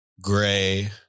gray